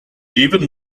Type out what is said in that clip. even